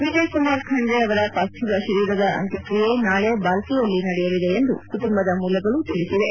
ವಿಜಯಕುಮಾರ್ ಖಂಡ್ರೆ ಅವರ ಪಾರ್ಥಿವ ಶರೀರದ ಅಂತ್ಯಕ್ರಿಯೆ ನಾಳೆ ಬಾಲ್ಕಿಯಲ್ಲಿ ನಡೆಯಲಿದೆ ಎಂದು ಕುಟುಂಬದ ಮೂಲಗಳು ತಿಳಿಸಿವೆ